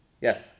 Yes